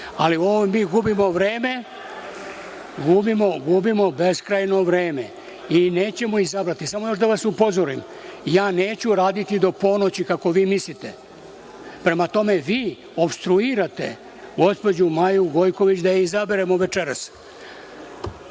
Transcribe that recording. uradite. Mi gubimo vreme, gubimo beskrajno vreme i nećemo izabrati. Samo još da vas upozorim, ja neću raditi do ponoći kako vi mislite, prema tome vi opstruirate gospođu Maju Gojković da je izaberemo večeras. Replika